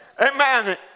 Amen